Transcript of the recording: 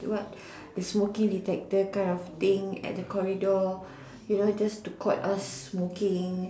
what the smoking detector kind of thing at the corridor you know just to caught us smoking